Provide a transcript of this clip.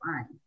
fine